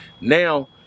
Now